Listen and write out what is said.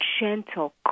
gentle